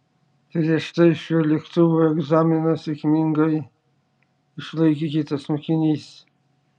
prieš tai šiuo lėktuvu egzaminą sėkmingai išlaikė kitas mokinys